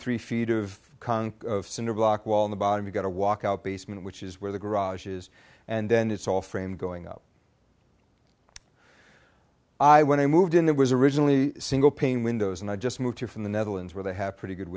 three feet of conch of cinderblock wall in the bottom you gotta walk out basement which is where the garage is and then it's all framed going up i when i moved in there was originally single pane windows and i just moved here from the netherlands where they have pretty good